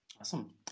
Awesome